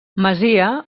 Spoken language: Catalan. masia